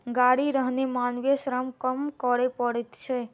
गाड़ी रहने मानवीय श्रम कम करय पड़ैत छै